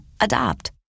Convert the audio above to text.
Adopt